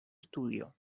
estudio